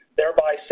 thereby